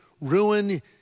ruin